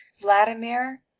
Vladimir